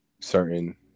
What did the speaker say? certain